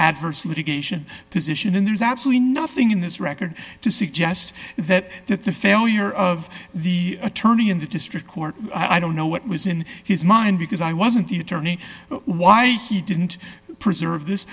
adverse litigation position and there is absolutely nothing in this record to suggest that that the failure of the attorney in the district court i don't know what was in his mind because i wasn't the attorney why he didn't preserve this